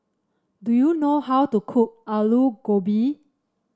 do you know how to cook Aloo Gobi